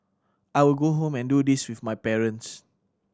I will go home and do this with my parents